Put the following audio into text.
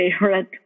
favorite